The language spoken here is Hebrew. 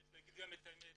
צריך להגיד גם את האמת,